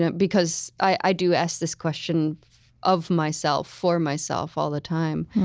because i do ask this question of myself, for myself, all the time.